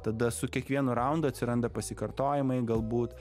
tada su kiekvienu raundu atsiranda pasikartojimai galbūt